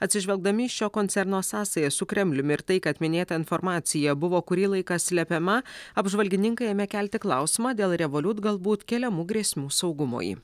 atsižvelgdami į šio koncerno sąsajas su kremliumi ir tai kad minėta informacija buvo kurį laiką slepiama apžvalgininkai ėmė kelti klausimą dėl revoliut galbūt keliamų grėsmių saugumui